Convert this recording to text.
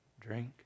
drink